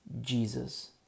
Jesus